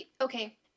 okay